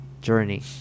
journey